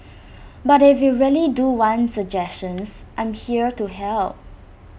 but if you really do want suggestions I am here to help